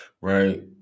right